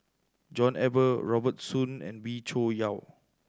John Eber Robert Soon and Wee Cho Yaw